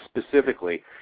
specifically